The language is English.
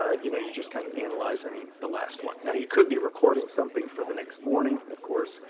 ah you know, you're just kind of analyzing the last one. now you could be recording something for the next morning, of course,